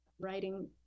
writing